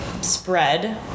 spread